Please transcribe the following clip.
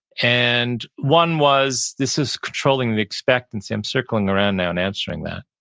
and one was this is controlling the expectancy, i'm circling around now in answering that,